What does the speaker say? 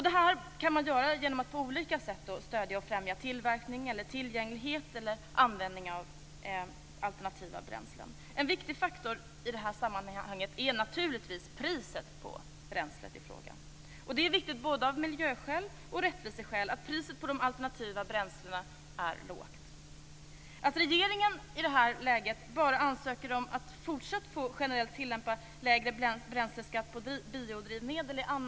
Det kan man göra genom att på olika sätt stödja och främja tillverkning, tillgänglighet eller användning av alternativa bränslen. En viktig faktor i sammanhanget är naturligtvis priset på bränslet i fråga. Det är viktigt av både miljö och rättviseskäl att priset på de alternativa bränslena är lågt. Det är anmärkningsvärt att regeringen i det här läget bara ansöker om att fortsatt generellt få tillämpa lägre bränsleskatt på biodrivmedel.